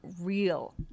real